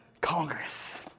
Congress